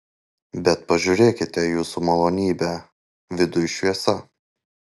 bet pažiūrėkite jūsų malonybe viduj šviesa